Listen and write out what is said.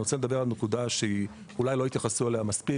אני רוצה לדבר על נקודה שאולי לא התייחסו אליה מספיק,